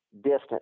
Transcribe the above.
distance